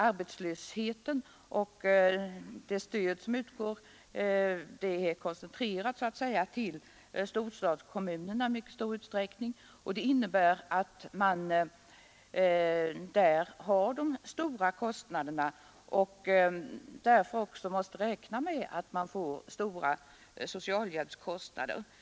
Arbetslösheten är i stor utsträckning koncentrerad till storstadskommunerna, och det innebär, att man där får de stora kostnaderna för arbetslöshetsstöd och också måste räkna med att socialhjälpskostnaderna blir höga.